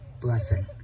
blessing